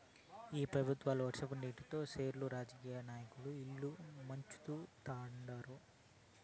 ఈ పెబుత్వాలు వర్షం నీటితో సెర్లు రాజకీయ నాయకుల ఇల్లు ముంచుతండారు